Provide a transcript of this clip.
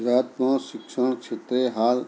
ગુજરાતમાં શિક્ષણ ક્ષેત્રે હાલ